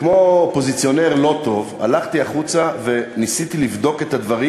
וכמו אופוזיציונר לא טוב הלכתי החוצה וניסיתי לבדוק את הדברים,